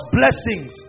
blessings